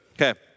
Okay